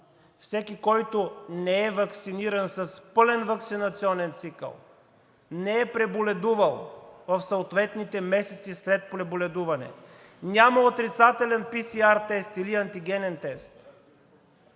всеки, който не е ваксиниран с пълен ваксинационен цикъл, не е преболедувал в съответните месеци, след преболедуване, няма отрицателен PCR тест или антигенен тест,